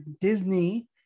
Disney